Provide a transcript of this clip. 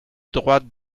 droite